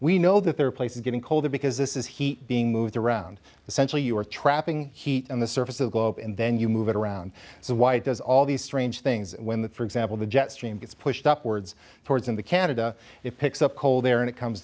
we know that there are places getting colder because this is heat being moved around essentially you are trapping heat on the surface of the globe and then you move it around so why does all these strange things when the for example the jet stream gets pushed upwards towards in the canada it picks up cold air and it comes